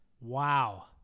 Wow